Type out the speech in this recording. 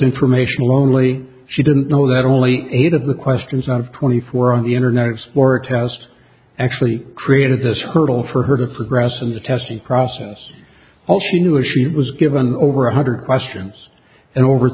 informational only she didn't know that only eight of the questions on twenty four on the internet explorer test actually created this hurdle for her to progress in the testing process all she knew is she was given over one hundred questions and over